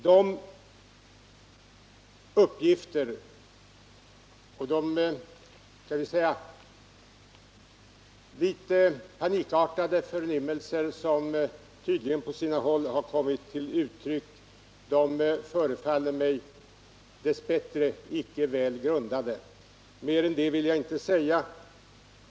De uppgifter och de litet panikartade förnimmelser som tydligen på sina håll har kommit till uttryck förefaller mig dess bättre inte välgrundade. Mer än detta vill jag inte säga.